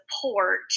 support